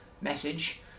message